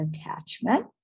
attachment